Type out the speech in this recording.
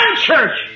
church